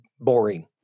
boring